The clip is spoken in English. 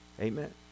Amen